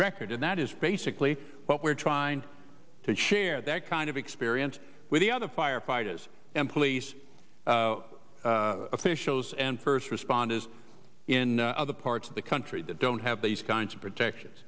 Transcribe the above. record and that is basically what we're trying to share that kind of experience with the other firefighters and police officials and first responders in other parts of the country that don't have these kinds of protection